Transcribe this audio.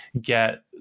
get